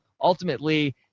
ultimately